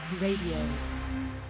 radio